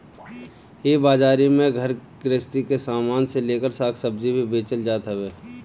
इ बाजारी में घर गृहस्ती के सामान से लेकर साग सब्जी भी बेचल जात हवे